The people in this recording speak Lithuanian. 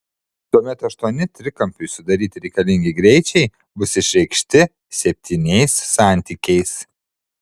tuomet aštuoni trikampiui sudaryti reikalingi greičiai bus išreikšti septyniais santykiais